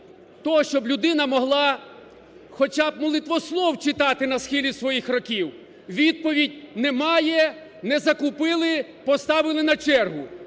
того, щоб людина могла хоча б молитвослов читати на схилі своїх років. Відповідь: немає, не закупили, поставили на чергу.